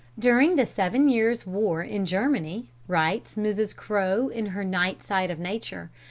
during the seven years' war in germany, writes mrs. crowe, in her night side of nature,